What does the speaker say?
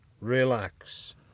relax